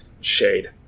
shade